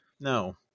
No